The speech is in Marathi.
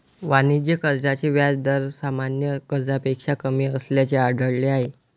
वाणिज्य कर्जाचे व्याज दर सामान्य कर्जापेक्षा कमी असल्याचे आढळले आहे